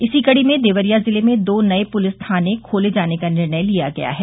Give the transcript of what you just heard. इसी कड़ी में देवरिया जिले में दो नये पुलिस थाने खोले जाने का निर्णय लिया गया है